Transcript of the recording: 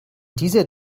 dieser